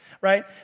right